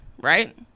right